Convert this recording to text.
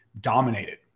dominated